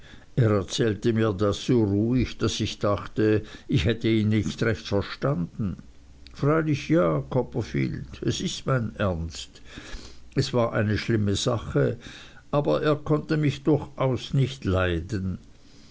er erzählte mir das so ruhig daß ich dachte ich hätte ihn nicht recht verstanden freilich ja copperfield es ist mein ernst es war eine schlimme sache aber er konnte mich durchaus nicht leiden